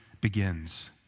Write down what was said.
begins